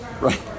Right